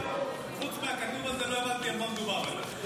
חוץ מהכתוב הזה, לא הבנתי על מה מדובר בכלל.